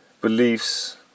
beliefs